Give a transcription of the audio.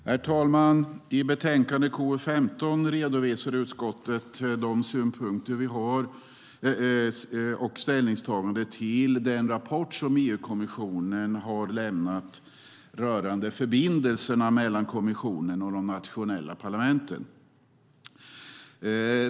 Herr talman! I utlåtande KU15 redovisar utskottet sina synpunkter på och ställningstaganden till den rapport som EU-kommissionen har lämnat rörande förbindelserna mellan kommissionen och de nationella parlamenten.